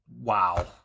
wow